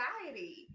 anxiety